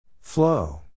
Flow